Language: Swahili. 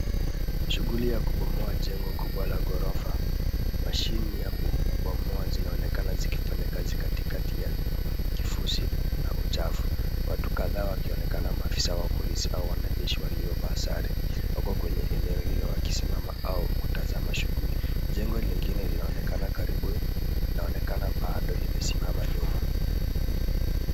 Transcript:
Shughuli ya kubomoa jengo kubwa la ghorofa. Machine ya kubomoa zinaonekana zikifanya kazi katikati ya kifusi na uchafu. Watu kadhaa wakionekana maafisa wa polisi au wanajeshi waliovaa sare wako kwenye eneo hilo wakisimama au kutazama shughuli. Jengo lingine linaonekana karibu. Linaonekana bado limesimama nyuma.